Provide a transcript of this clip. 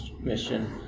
mission